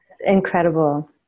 incredible